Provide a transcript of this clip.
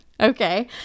okay